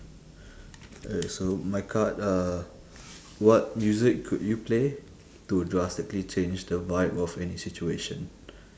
uh so my card uh what music could you play to drastically change the vibe of any situation